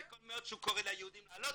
זה טוב מאוד שהוא קורא ליהודים לעלות,